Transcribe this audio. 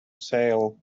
sail